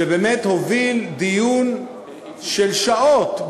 שבאמת הוביל דיון של שעות,